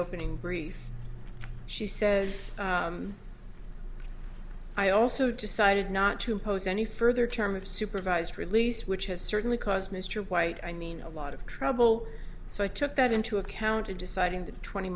opening brief she says i also decided not to impose any further term of supervised release which has certainly caused mr white i mean a lot of trouble so i took that into account in deciding the twenty